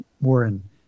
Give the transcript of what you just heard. Warren